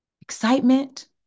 excitement